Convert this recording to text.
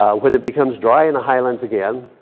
when it becomes dry in the highlands again,